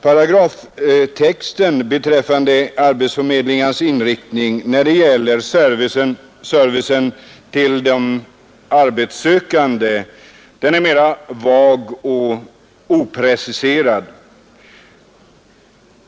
Paragraftexten beträffande arbetsförmedlingarnas inriktning när det gäller servicen till de arbetssökande är mera vag och opreciserad.